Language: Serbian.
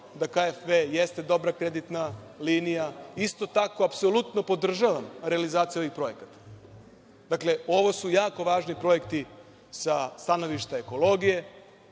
da KfW jeste dobra kreditna linija. Isto tako apsolutno podržavam realizaciju ovih projekata. Dakle, ovo su jako važni projekti sa stanovišta ekologije,